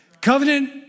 covenant